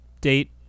date